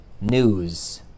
news